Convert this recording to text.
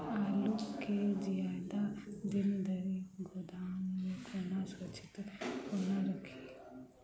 आलु केँ जियादा दिन धरि गोदाम मे कोना सुरक्षित कोना राखि?